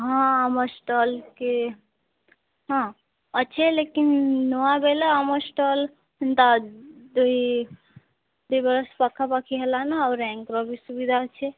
ହଁ ଆମ ଷ୍ଟଲ୍କେ ହଁ ଅଛି ଲେକିନ ନୂଆ ବୋଇଲେ ଆମର୍ ଷ୍ଟଲ୍ ସେମିତି ଦୁଇ ଦୁଇ ବରଷ ପାଖାପାଖି ହେଲାଣି ଆଉ ବି ସୁବିଧା ଅଛି